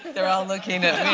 they're all looking at